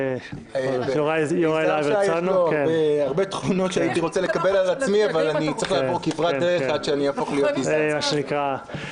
מה גם שטכנית אי אפשר לדחות את זה.